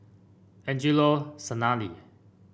Angelo Sanelli